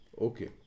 Okay